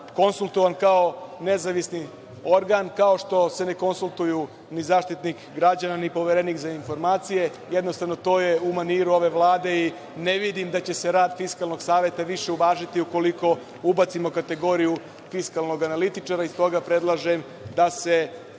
konsultovan kao nezavisni organ, kao što se ne konsultuju ni Zaštitnik građana ni Poverenik za informacije. Jednostavno, to je u maniru ove Vlade i ne vidim da će se rad Fiskalnog saveta više uvažiti ukoliko ubacimo kategoriju fiskalnog analitičara i s toga predlažem da se